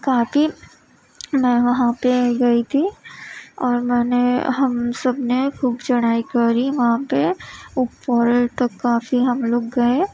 کافی میں وہاں پہ گئی تھی اور میں نے ہم سب نے خوب چڑھائی کری وہاں پہ اوپر تو کافی ہم لوگ گئے